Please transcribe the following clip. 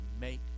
make